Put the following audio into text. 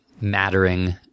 mattering